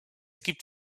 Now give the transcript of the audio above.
gibt